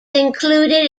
included